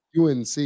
UNC